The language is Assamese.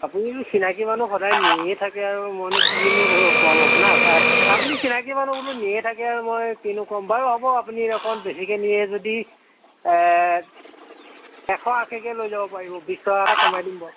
আপুনিতো চিনাকী মানুহ সদায় নিয়ে থাকে আৰু মইনো কিনো ক ক'ম আপোনাক আপুনি চিনাকী মানুহ বোলো নিয়ে থাকে আৰু মই কিনো ক'ম বাৰু হ'ব আপুনি অকণমান বেছিকৈ নিয়ে যদি এশ আশীকৈ লৈ যাব পাৰিব বিছ টকা এটা কমাই দিম বাৰু